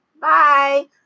Bye